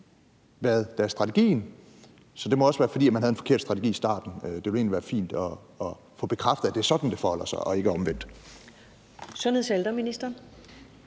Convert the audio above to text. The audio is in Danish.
af testkapaciteten. Så det må også være, fordi man havde en forkert strategi i starten. Det ville egentlig være fint at få bekræftet, at det er sådan, det forholder sig, og ikke omvendt. Kl. 14:22 Første